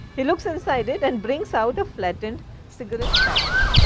he looks in side it and brings out of flatten cigarette packet.